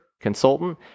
consultant